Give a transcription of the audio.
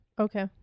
Okay